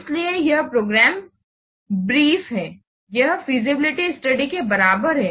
इसलिए यह programme brief है यह फिजिबिलिटी स्टडी के बराबर है